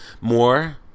more